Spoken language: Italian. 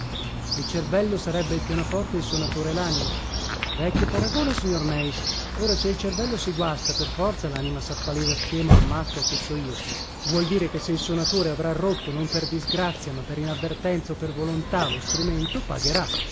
il cervello sarebbe il pianoforte il sonatore lanima vecchio paragone signor meis ora se il cervello si guasta per forza lanima sappalesa scema o matta o che so io vuol dire che se il sonatore avrà rotto non per disgrazia ma per inavvertenza o per volontà lo strumento pagherà